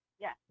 Yes